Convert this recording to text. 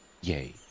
Yay